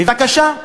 בבקשה,